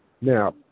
Now